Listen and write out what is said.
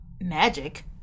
magic